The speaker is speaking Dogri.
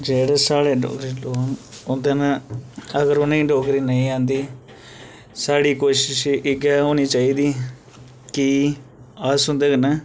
जेह्डे साढ़े डोगरे लोक न उंदे नै अगर उ'नेंगी डोगरी नेईं आंदी साढ़ी कोशिश इ'यै होनी चाहिदी कि अस उं'दे कन्नै